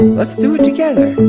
let's do it together.